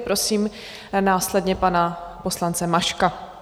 Prosím následně pana poslance Maška.